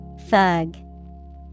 Thug